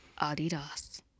Adidas